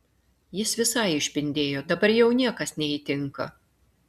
jis visai išpindėjo dabar jau niekas neįtinka